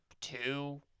two